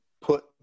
put